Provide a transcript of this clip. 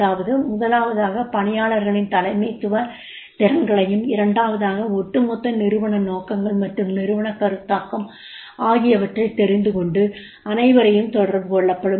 அதாவது முதலாவதாக பணியாளர்களின் தலைமைத்துவ திறன்களையும் இரண்டாவதாக ஒட்டுமொத்த நிறுவன நோக்கங்கள் மற்றும் நிறுவன கருத்தாக்கம் ஆகியவற்றை தெறிந்துகொண்டு அனைவரையும் தொடர்பு கொள்ளப்படும்